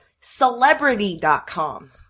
Celebrity.com